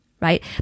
Right